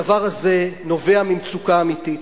הדבר הזה נובע ממצוקה אמיתית.